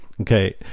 Okay